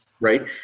right